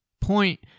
point